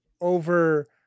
over